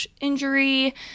injury